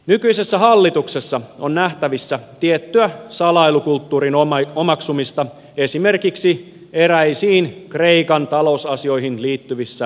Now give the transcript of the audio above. nykyisessä hallituksessa on nähtävissä tiettyä salailukulttuurin omaksumista esimerkiksi eräisiin kreikan talousasioihin liittyvissä asioissa